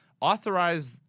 authorize